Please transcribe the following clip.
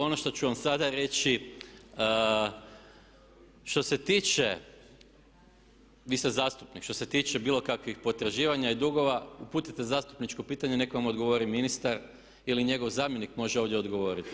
Ono što ću vam sada reći, što se tiče, vi ste zastupnik, što se tiče bilo kakvih potraživanja i dugova uputite zastupničko pitanje i nek' vam odgovori ministar ili njegov zamjenik može ovdje odgovoriti.